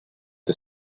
the